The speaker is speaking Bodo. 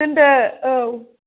दोनदो औ